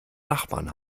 nachbarn